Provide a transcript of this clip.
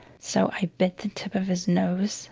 so i bit the tip of his nose